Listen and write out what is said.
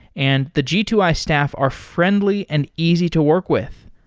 and the g two i staff are friendly and easy to work with.